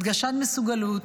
הדגשת מסוגלות,